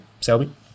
Selby